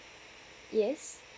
yes